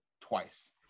twice